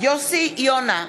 יוסי יונה,